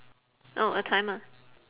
oh uh time ah